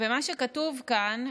מה שכתוב כאן,